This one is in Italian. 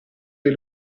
dei